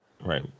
Right